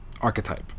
archetype